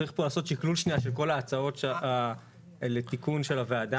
צריך פה לעשות שקלול שנייה של כל ההצעות לתיקון של הוועדה.